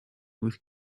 with